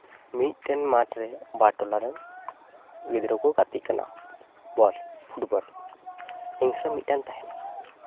ᱢᱤᱫᱴᱮᱱ ᱢᱟᱴᱷ ᱨᱮ ᱵᱟᱨ ᱴᱚᱞᱟ ᱨᱮᱱ ᱜᱤᱫᱽᱨᱟᱹ ᱠᱚ ᱠᱷᱮᱞ ᱠᱟᱱᱟ ᱵᱚᱞ ᱯᱷᱩᱴᱵᱚᱞ ᱦᱤᱝᱥᱟᱹ ᱢᱤᱫᱴᱟᱱ ᱛᱟᱦᱮᱱᱟ